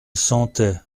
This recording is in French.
sentait